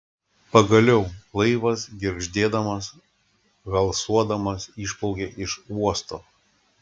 pagaliau laivas girgždėdamas halsuodamas išplaukė iš uosto